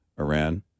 Iran